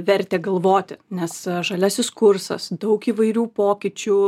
vertė galvoti nes žaliasis kursas daug įvairių pokyčių